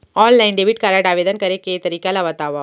Online debit card आवेदन करे के तरीका ल बतावव?